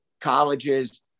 colleges